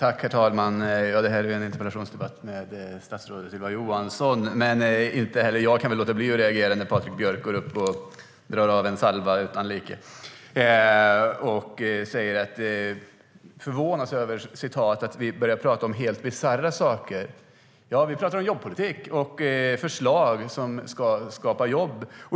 Herr talman! Det här är en interpellationsdebatt med statsrådet Ylva Johansson, men inte heller jag kan låta bli att reagera när Patrik Björck går upp i talarstolen och drar en salva utan like. Han säger att vi pratar om helt bisarra saker. Vi pratar om jobbpolitik och förslag som ska skapa jobb.